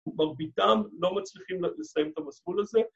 ‫ומרביתם לא מצליחים ‫לסיים את המסלול הזה.